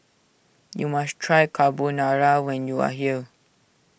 you must try Carbonara when you are here